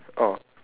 oh